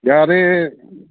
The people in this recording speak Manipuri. ꯌꯥꯔꯦ